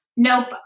nope